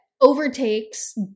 overtakes